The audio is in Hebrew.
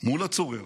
מול הצורר,